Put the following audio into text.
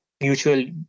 mutual